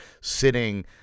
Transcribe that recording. sitting